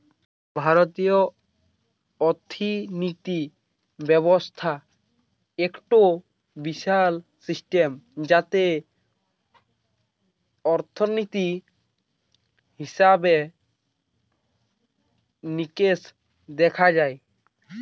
ভারতীয় অর্থিনীতি ব্যবস্থা একটো বিশাল সিস্টেম যাতে অর্থনীতি, হিসেবে নিকেশ দেখা হয়